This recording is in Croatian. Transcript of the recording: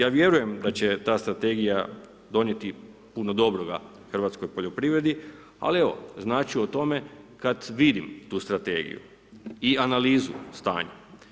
Ja vjerujem da će ta strategija donijeti puno dobroga hrvatskoj poljoprivredi, ali evo, znat ću o tome kad vidim tu strategiju i analizu stanja.